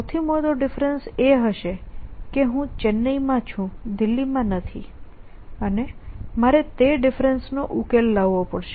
સૌથી મોટો ડિફરેન્સ એ હશે કે હું ચેન્નાઇમાં છું હું દિલ્હીમાં નથી અને મારે તે ડિફરેન્સ નો ઉકેલ લાવવો પડશે